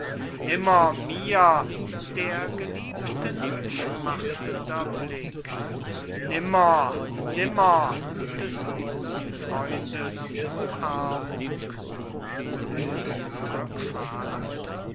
mir der geliebten schmachtender blick nimmer nimmer des busenfreundes umarmung